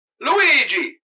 Luigi